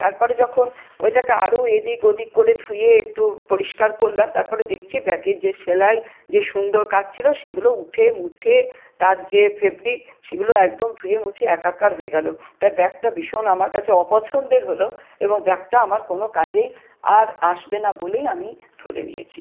তারপরে যখন ওইটাকে আরও এদিক ওদিক করে ধুয়ে একটু পরিষ্কার করলাম তারপরে দেখছি ব্যাগের যে সেলাই যে সুন্দর কাজ ছিল সেগুলো উঠে মুছে তার যে ফেব্রিক সেগুলো একদম ধুয়ে মুছে একাকার হয়ে গেলো তা ব্যাগটা ভীষণ আমার কাছে অপছন্দের হল এবং ব্যাগটা আমার কোনো কাজেই আর আসবে না বলেই আমি ধরে নিয়েছি